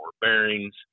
bearings